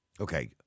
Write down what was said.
Okay